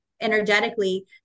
energetically